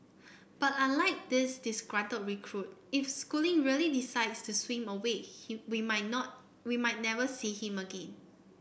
but unlike this disgruntled recruit if schooling really decides to swim away he we might not we might never see him again